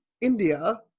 India